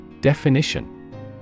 Definition